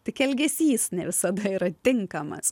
tik elgesys ne visada yra tinkamas